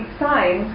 sign